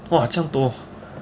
!wah! 这样多